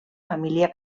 família